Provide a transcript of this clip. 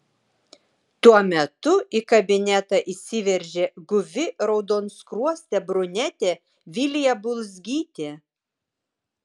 tuo metu į kabinetą įsiveržė guvi raudonskruostė brunetė vilija bulzgytė